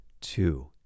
Two